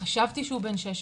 חשבתי שהוא בן 16